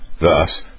thus